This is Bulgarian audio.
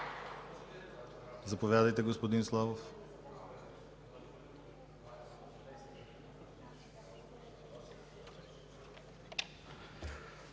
Заповядайте, господин Славов.